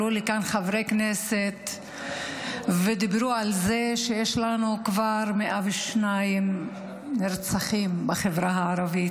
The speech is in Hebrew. עלו לכאן חברי כנסת ודיברו על זה שיש לנו כבר 102 נרצחים בחברה הערבית.